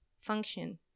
function